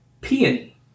Peony